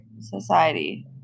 Society